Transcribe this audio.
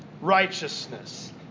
Righteousness